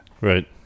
Right